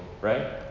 right